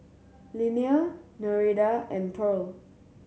Linnea Nereida and Pearle